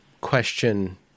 question